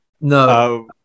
No